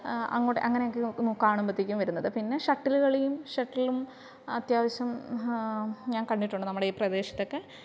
അങ്ങോട്ട് അങ്ങനെയൊക്കെ കാണുമ്പത്തേക്കും വരുന്നത് പിന്നെ ഷട്ടില് കളിയും ഷട്ടിലും അത്യാവശ്യം ഞാൻ കണ്ടിട്ടുണ്ട് നമ്മുടെ ഈ പ്രദേശത്തൊക്കെ